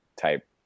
type